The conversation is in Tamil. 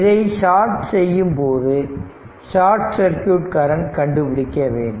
இதனை சாட் செய்யும் போது ஷார்ட் சர்க்யூட் கரண்ட் கண்டுபிடிக்க வேண்டும்